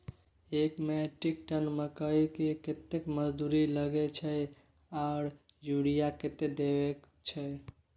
एक metric tonne मकई में कतेक मजदूरी लगे छै आर यूरिया कतेक देके छै?